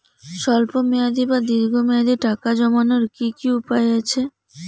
স্বল্প মেয়াদি বা দীর্ঘ মেয়াদি টাকা জমানোর কি কি উপায় আছে?